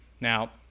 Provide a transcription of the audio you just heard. Now